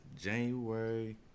January